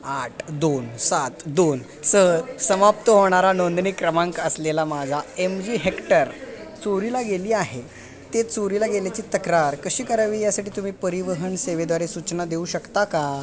आठ दोन सात दोन सह समाप्त होणारा नोंदणी क्रमांक असलेला माझा एम जी हेक्टर चोरीला गेली आहे ते चोरीला गेल्याची तक्रार कशी करावी यासाठी तुम्ही परिवहन सेवेद्वारे सूचना देऊ शकता का